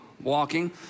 walking